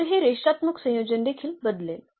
तर हे रेषात्मक संयोजन देखील बदलेल